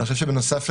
בנוסף,